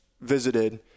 visited